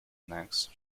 next